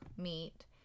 meat